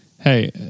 Hey